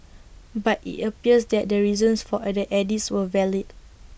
but IT appears that the reasons for A the edits were valid